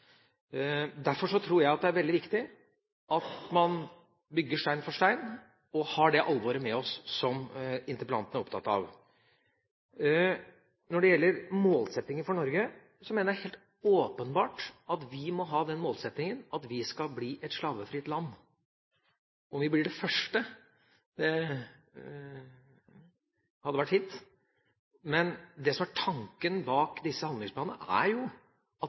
Derfor tror jeg det er veldig viktig at man bygger stein for stein og har det alvoret, som interpellanten er opptatt av, med oss. Når det gjelder målsettingen for Norge, mener jeg det åpenbart må være at vi skal bli et slavefritt land. Om vi blir det første, hadde det vært fint. Men det som er tanken bak disse handlingsplanene, er at dette er en form for kriminalitet vi ser så alvorlig på, at